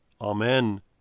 Amen